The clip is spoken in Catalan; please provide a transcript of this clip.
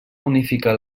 unificar